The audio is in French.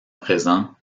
présent